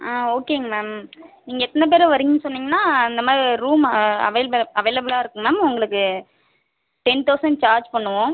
ஓகேங்க மேம் நீங்கள் எத்தனை பேர் வரீங்கன்னு சொன்னீங்கன்னா அந்த மாதிரி ரூம் அவைல்ப அவைலபிளாக இருக்கும் மேம் உங்களுக்கு டென் தவுசண்ட் சார்ஜ் பண்ணுவோம்